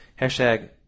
hashtag